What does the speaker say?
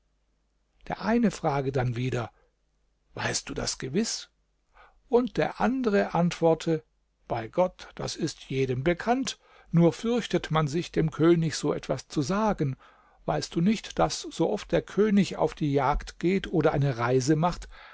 der eine frage dann wieder weißt du das gewiß und der andere antworte bei gott das ist jedem bekannt nur fürchtet man sich dem könig so etwas zu sagen weißt du nicht daß so oft der könig auf die jagd geht oder eine reise macht